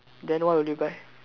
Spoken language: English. then what would you buy